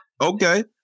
Okay